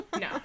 No